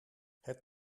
het